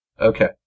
Okay